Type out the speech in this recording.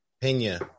Pena